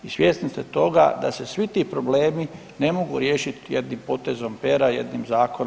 I svjesni ste toga da se svi ti problemi ne mogu riješiti jednim potezom pera, jednim zakonom.